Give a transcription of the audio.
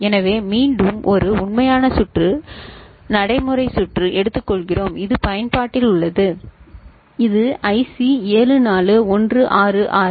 எனவே மீண்டும் ஒரு உண்மையான சுற்று நடைமுறை சுற்று எடுத்துக்கொள்கிறோம் இது பயன்பாட்டில் உள்ளது இது ஐசி 74166